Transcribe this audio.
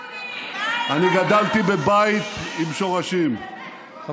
אני גדלתי בבית עם שורשים, מה עם ממדים ללימודים?